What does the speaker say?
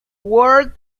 world